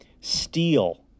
Steel